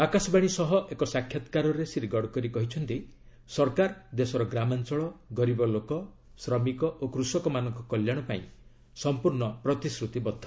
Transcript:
ଆକାଶବାଣୀ ସହ ଏକ ସାକ୍ଷାତ୍କାରରେ ଶ୍ରୀ ଗଡକରୀ କହିଛନ୍ତି ସରକାର ଦେଶର ଗ୍ରାମାଞ୍ଚଳ ଗରିବ ଲୋକ ଶ୍ରମିକ ଓ କୃଷକମାନଙ୍କ କଲ୍ୟାଣ ପାଇଁ ସମ୍ପର୍ଷ୍ଣ ପ୍ରତିଶ୍ରତିବଦ୍ଧ